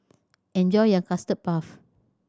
enjoy your Custard Puff